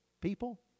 people